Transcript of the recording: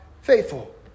faithful